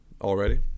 Already